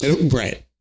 Right